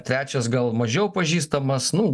trečias gal mažiau pažįstamas nu